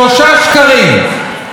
שלושה שקרים.